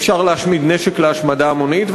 אפשר להשמיד נשק להשמדה המונית.